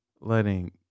letting